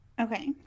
Okay